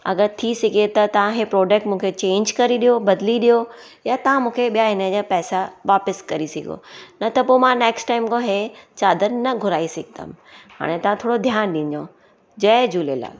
अगरि थी सघे त तव्हां हीअ प्रोडक्ट मूंखे चेंज करे ॾियो बदिली ॾियो या तव्हां मूंखे ॿिया हिनजा पैसा वापसि करी सघो न त पोइ मां नैक्स्ट टाइम खां हीअ चादरु न घुराई सघंदमि हाणे तव्हां थोरो ध्यानु ॾिजो जय झूलेलाल